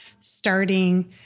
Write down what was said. starting